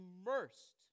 immersed